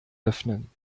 öffnen